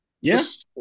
yes